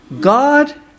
God